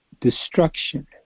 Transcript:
destruction